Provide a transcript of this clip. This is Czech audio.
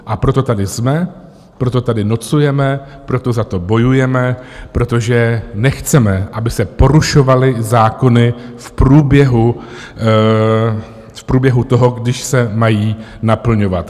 A proto tady jsme, proto tady nocujeme, proto za to bojujeme, protože nechceme, aby se porušovaly zákony v průběhu toho, kdy se mají naplňovat.